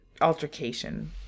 altercation